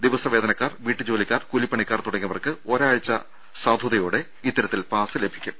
ദിവസവേതനക്കാർ വീട്ടുജോലിക്കാർ കൂലിപ്പണിക്കാർ തുടങ്ങിയവർക്ക് ഒരാഴ്ച സാധ്യതയോടെ ഇത്തരത്തിൽ പാസ്സ് ലഭിക്കും